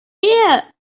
here